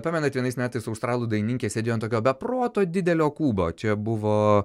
pamenat vienais metais australų dainininkė sėdėjo ant tokio be proto didelio kubo čia buvo